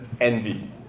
envy